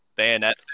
Bayonet